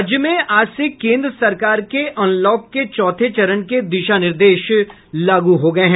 राज्य में आज से केन्द्र सरकार के अनलॉक के चौथे चरण के दिशा निर्देश लागू हो गये हैं